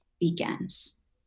begins